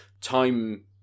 time